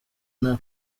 nta